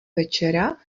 večera